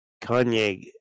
Kanye